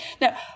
Now